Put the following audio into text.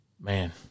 Man